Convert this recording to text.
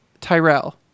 Tyrell